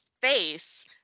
face